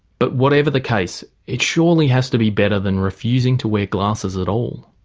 but whatever the case it surely has to be better than refusing to wear glasses at all.